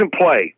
play